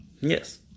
Yes